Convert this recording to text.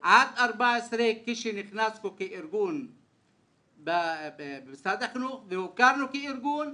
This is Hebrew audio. עד 2014 כשנכנסה תקנת הארגונים במשרד החינוך והוכרנו כארגון,